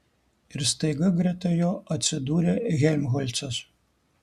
ir staiga greta jo atsidūrė helmholcas